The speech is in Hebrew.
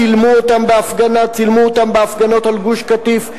צילמו אותם בהפגנות על גוש-קטיף,